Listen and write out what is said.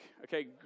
okay